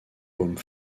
home